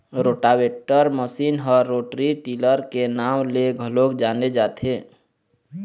rotavator machine ह rotary tiller के नांव ले घलोक जाने जाथे